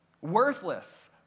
Worthless